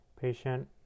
patient